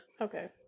Okay